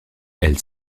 elle